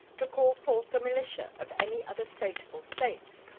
to call forth the militia of any other state or states,